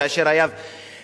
כאשר היה ויכוח,